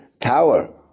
tower